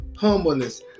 Humbleness